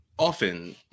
Often